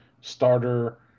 starter